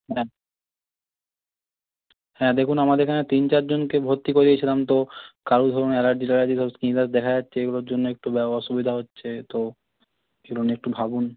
হ্যাঁ হ্যাঁ দেখুন আমাদের এখানে তিন চারজনকে ভর্তি করিয়েছিলাম তো কারুর ধরুন অ্যালার্জি ট্যালার্জি হয়েছে কিম্বা দেখা যাচ্ছে এগুলোর জন্য একটু বা অসুবিধা হচ্ছে তো সেটা নিয়ে একটু ভাবুন